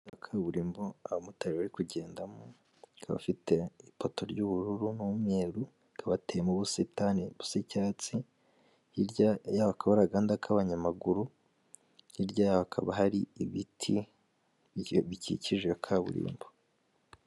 Kaburimbo abamotari bari kugendamo ikaba ifite ipoto ry'ubururu n'umweru; hakaba hateyemo ubusitani busa icyatsi hirya yaho hakaba hari agahanda k'abanyamaguru hirya yaho hakaba hari ibiti bikikije kaburimbo.